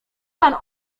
pan